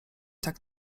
tak